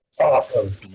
Awesome